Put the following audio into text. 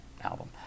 album